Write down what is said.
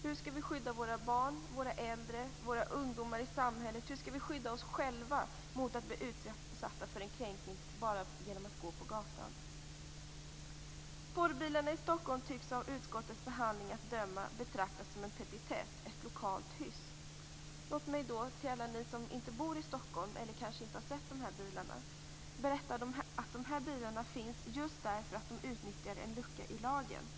Hur skall vi skydda våra barn, våra äldre och våra ungdomar i samhället, och hur skall vi skydda oss själva för att bli utsatta för en kränkning bara genom att gå på gatan? Porrbilarna i Stockholm tycks, av utskottets behandling att döma, betraktas som en petitess och ett lokalt hyss. Låt mig då, för alla er som inte bor i Stockholm eller kanske inte har sett de här bilarna, berätta att de här bilarna finns just därför att de utnyttjar en lucka i lagen.